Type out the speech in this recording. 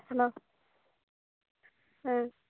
hello ᱦᱮᱸ